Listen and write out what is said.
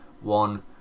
one